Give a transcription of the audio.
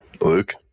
Luke